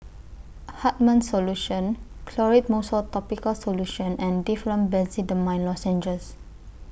Hartman's Solution Clotrimozole Topical Solution and Difflam Benzydamine Lozenges